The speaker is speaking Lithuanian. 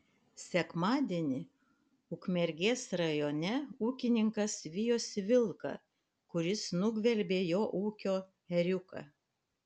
sekmadienį ukmergės rajone ūkininkas vijosi vilką kuris nugvelbė jo ūkio ėriuką